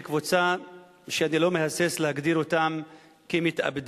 קבוצה שאני לא מהסס להגדיר אותם מתאבדים.